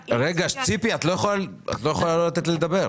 רגע, ציפי, את לא יכולה שלא לתת לי לדבר.